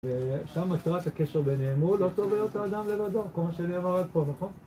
שם מטרת הקשר בינהם הוא ״לא טוב היות האדם לבדו״, כמה שנאמר עד פה, נכון?